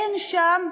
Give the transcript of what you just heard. אין שם,